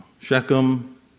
Shechem